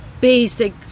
basic